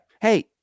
Hey